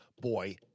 boy